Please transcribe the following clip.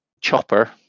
Chopper